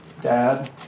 dad